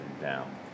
down